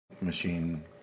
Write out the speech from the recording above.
machine